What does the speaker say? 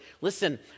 Listen